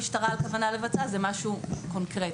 לבצע, זה משהו קונקרטי.